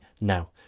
now